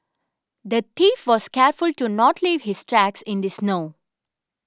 the thief was careful to not leave his tracks in the snow